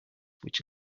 which